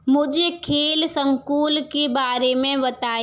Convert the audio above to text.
मुझे खेल संकुल के बारे में बताए